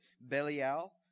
Belial